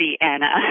Anna